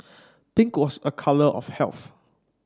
pink was a colour of health